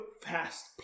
fast